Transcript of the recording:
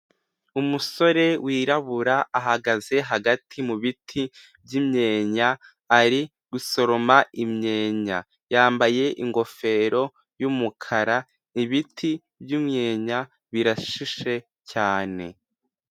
Umusore wirabura ahagaze hagati mu biti by'imyenya ari gusoroma imyeya, yambaye ingofero y'umukara, ibiti by'imyenya birashishe cyane.